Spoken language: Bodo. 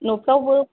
न' फ्रावबो